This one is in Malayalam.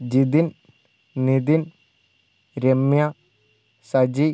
ജിതിൻ നിതിൻ രമ്യ സജി